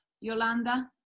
Yolanda